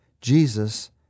Jesus